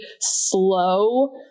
slow